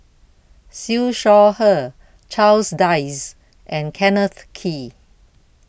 Siew Shaw Her Charles Dyce and Kenneth Kee